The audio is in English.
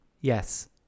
yes